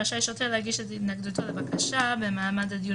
רשאי שוטר להגיש את התנגדותו לבקשה במעמד הדיון